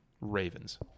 Ravens